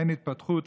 אין התפתחות,